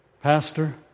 Pastor